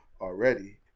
already